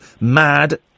Mad